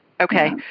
Okay